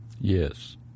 Yes